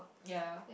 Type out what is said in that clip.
ya